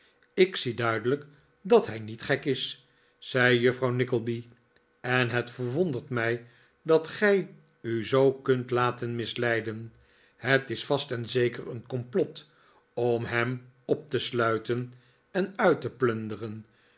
ik zie duidelijk dat hij niet gek is zei juffrouw nickleby en het verwondert mij dat gij u zoo kunt laten misleiden het is vast en zeker een complot om hem op te sluiten en uit te plunderen